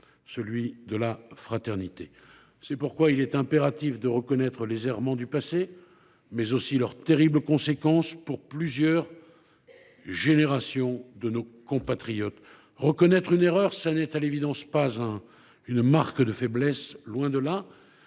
de la fraternité. C’est pourquoi il est impératif de reconnaître non seulement les errements du passé, mais aussi leurs terribles conséquences pour plusieurs générations de nos compatriotes. Reconnaître une erreur n’est pas une marque de faiblesse, loin de là.